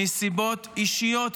מסיבות אישיות,